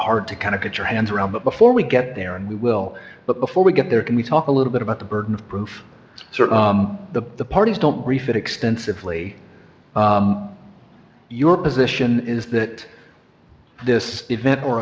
hard to kind of get your hands around but before we get there and we will but before we get there can we talk a little bit about the burden of proof certain the parties don't brief it extensively your position is that this event or